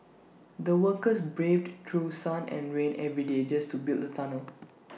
the workers braved through sun and rain every day just to build the tunnel